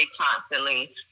constantly